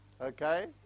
Okay